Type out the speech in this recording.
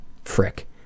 Frick